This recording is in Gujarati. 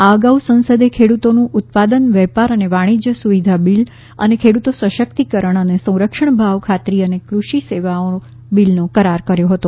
આ અગાઉ સંસદે ખેડુતોનું ઉત્પાદન વેપાર અને વાણિશ્ર્ય સુવિધા બિલ અને ખેડુતો સશક્તિકરણ અને સંરક્ષણ ભાવ ખાતરી અને કૃષિ સેવાઓ બિલનો કરાર કર્યો હતો